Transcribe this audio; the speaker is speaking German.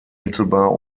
mittelbar